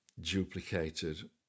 duplicated